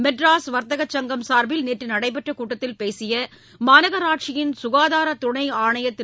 மெட்ராஸ் வர்த்தக சங்கம் சார்பில் நேற்று நடைபெற்ற கூட்டத்தில் பேசிய மாநகராட்சியின் சுகாதார துணை ஆணையர் திரு